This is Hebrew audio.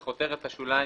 (1)בכותרת השוליים,